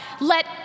Let